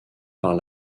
par